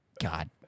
God